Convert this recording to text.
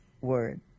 word